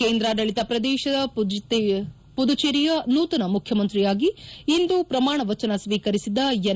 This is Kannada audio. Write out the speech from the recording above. ಕೇಂದ್ರಾಡಳಿತ ಪ್ರದೇಶ ಪುದುಚೆರಿಯ ನೂತನ ಮುಖ್ಯಮಂತ್ರಿಯಾಗಿ ಇಂದು ಪ್ರಮಾಣ ವಚನ ಸ್ವೀಕರಿಸಿದ ಎನ್